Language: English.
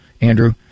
Andrew